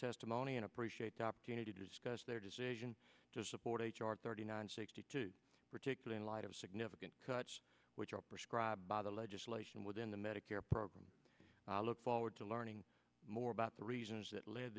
testimony and appreciate the opportunity to discuss their decision to support h r thirty nine sixty two particular in light of significant cuts which are prescribed by the legislation within the medicare program i look forward to learning more about the reasons that led